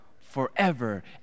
Forever